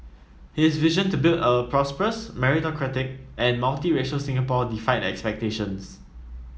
his vision to build a prosperous meritocratic and multiracial Singapore defied expectations